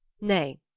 nay